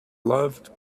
loved